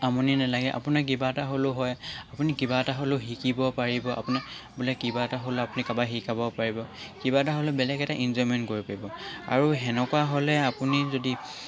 আমনি নেলাগে আপোনাৰ কিবা এটা হ'লেও হয় আপুনি কিবা এটা হ'লেও শিকিব পাৰিব আপোনাৰ বোলে কিবা এটা হ'ল আপুনি কাৰোবাক শিকাব পাৰিব কিবা এটা হ'লে বেলেগ এটা ইনজয়মেণ্ট কৰিব পাৰিব আৰু সেনেকুৱা হ'লে আপুনি যদি